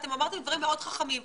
אתם אמרתם דברים מאוד חכמים,